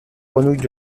grenouilles